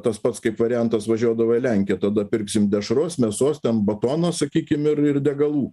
tas pats kaip variantas važiuodavo į lenkiją tada pirksim dešros mėsos ten batono sakykim ir ir degalų